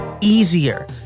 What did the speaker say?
easier